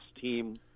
team